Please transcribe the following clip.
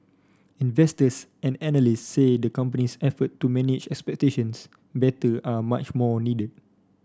investors and analyst say the company's effort to manage expectations better are much more needed